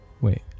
Wait